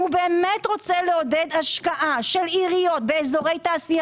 אם הוא באמת רוצה לעודד השקעה של עיריות באזורי תעשייה